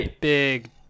Big